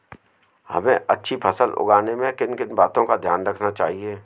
हमें अच्छी फसल उगाने में किन किन बातों का ध्यान रखना चाहिए?